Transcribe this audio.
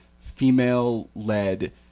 female-led